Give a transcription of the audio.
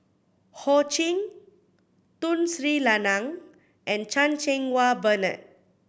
Ho Ching Tun Sri Lanang and Chan Cheng Wah Bernard